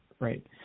Right